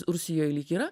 rusijoj lyg yra